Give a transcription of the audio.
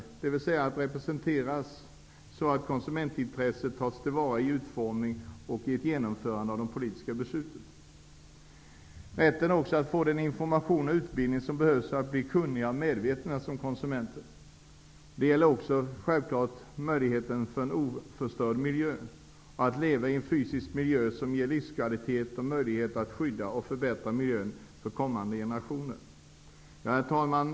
Konsumenten har rätt att representeras så att konsumentintresset tas till vara i utformning och genomförande av politiska beslut. Det gäller rätten till konsumentskydd. Konsumenten har rätt att få den information och utbildning som behövs för att bli en kunnig och medveten konsument. Det gäller rätten till en oförstörd miljö. Konsumenten har rätt att leva i en fysik miljö som ger livskvalitet, och det skall finnas möjligheter att skydda och förbättra miljön för kommande generationer. Herr talman!